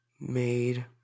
made